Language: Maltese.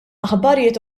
aħbarijiet